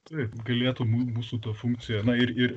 taip galėtų būt mūsų ta funkcija na ir ir